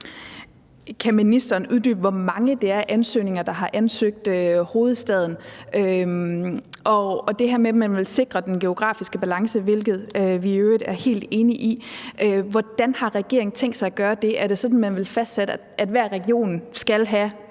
Kan ministeren uddybe, hvor mange af ansøgningerne der har ansøgt om hovedstaden? Og i forhold til det her med, at man vil sikre den geografiske balance, hvilket vi i øvrigt er helt enige i: Hvordan har regeringen tænkt sig at gøre det? Er det sådan, at man vil fastsætte, at hver region skal have